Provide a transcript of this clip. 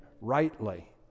rightly